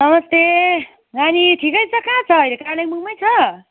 नमस्ते नानी ठिकै छ कहाँ छ अहिले कलिम्पोङमै छ